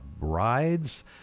rides